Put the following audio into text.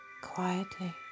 quietly